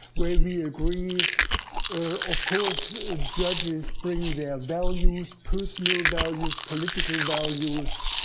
where we agree of course judges bring their values, personal values, political values,